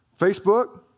Facebook